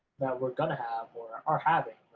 that we're gonna have, or are having,